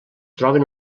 troben